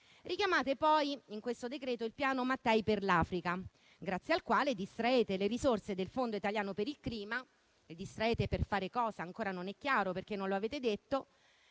Richiamate poi in questo decreto il Piano Mattei per l'Africa, grazie al quale distraete le risorse del Fondo italiano per il clima, per fare cosa ancora non è chiaro, perché non lo avete detto.